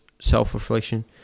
self-reflection